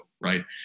right